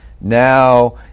Now